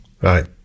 Right